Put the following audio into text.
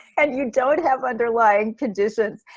and you don't have underlying conditions,